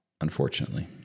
unfortunately